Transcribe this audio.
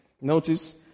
notice